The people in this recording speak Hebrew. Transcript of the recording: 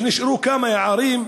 נשארו כמה ערים,